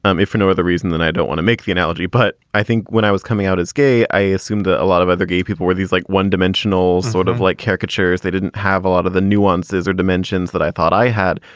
um if for no other reason than i don't want to make the analogy. but i think when i was coming out as gay, i assumed that a lot of other gay people were these like one dimensional sort of like caricatures. they didn't have a lot of the nuances or dimensions that i thought i had.